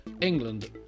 England